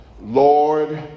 Lord